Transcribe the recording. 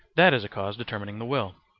that is a cause determining the will.